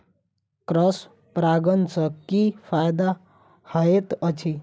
Cross परागण सँ की फायदा हएत अछि?